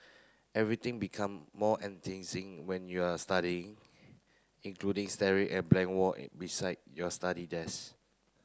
everything become more enticing when you are studying including staring at blank wall and beside your study desk